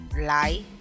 lie